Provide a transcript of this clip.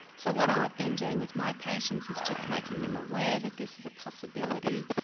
so what i've been doing with my patients is just making them aware that this is a possibility,